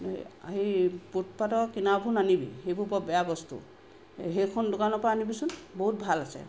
সেই ফুটপাথৰ কিনাৰবোৰ নানিবি সেইবোৰ বৰ বেয়া বস্তু সেইখন দোকানৰ পৰা আনিবিচোন বহুত ভাল আছে